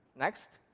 next,